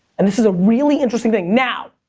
and this is a really interesting thing. now,